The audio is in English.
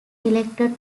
elected